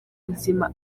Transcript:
ubuzima